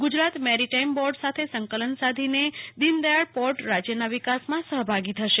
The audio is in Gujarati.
ગુજરાત મેરીટાઇમ બોર્ડ સાથે સંકલન સાધીને દીનદયાળ પોર્ટ રાજ્યના વિકાસમાં સહભાગી થશે